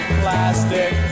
plastic